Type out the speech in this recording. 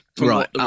right